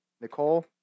Nicole